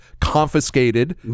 confiscated